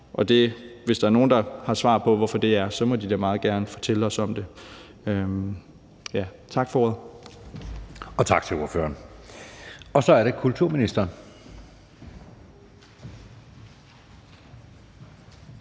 hvis der er nogen, der har svar på, hvorfor det er sådan, må de da meget gerne fortælle os om det. Tak for ordet. Kl. 12:04 Anden næstformand